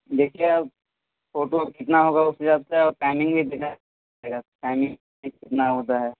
دیکھیے اب فوٹو کتنا ہوگا اس حساب سے اور ٹائمنگ بھی دیکھنا پڑے گا ٹائمنگ کتنا ہوتا ہے